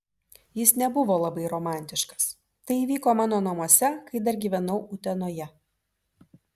jis nebuvo labai romantiškas tai įvyko mano namuose kai dar gyvenau utenoje